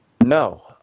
No